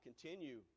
continue